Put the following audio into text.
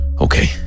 Okay